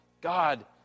God